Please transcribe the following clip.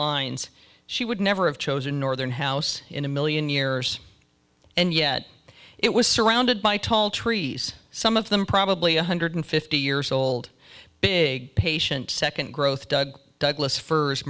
lines she would never have chosen northern house in a million years and yet it was surrounded by tall trees some of them probably one hundred fifty years old big patient second growth doug douglas firs